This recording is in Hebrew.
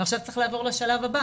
ועכשיו צריך לעבור לשלב הבא.